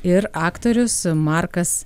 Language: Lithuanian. ir aktorius markas